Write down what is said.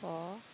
four